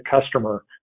customer